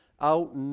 out